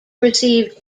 received